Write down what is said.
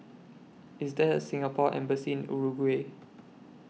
IS There A Singapore Embassy in Uruguay